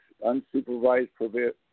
unsupervised